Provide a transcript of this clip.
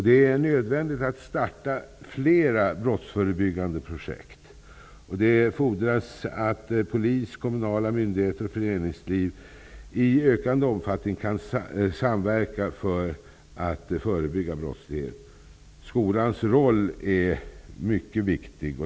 Det är nödvändigt att starta fler brottsförebyggande projekt. Polis, kommunala myndigheter och föreningsliv måste i ökande omfattning samverka för att förebygga brottslighet. Skolans roll är mycket viktig.